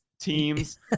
teams